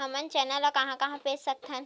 हमन चना ल कहां कहा बेच सकथन?